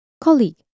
colleague